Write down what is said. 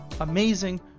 amazing